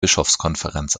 bischofskonferenz